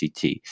CT